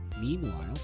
Meanwhile